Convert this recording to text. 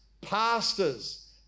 pastors